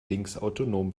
linksautonom